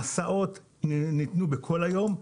ההסעות ניתנו בכל היום,